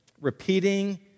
repeating